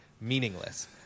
meaningless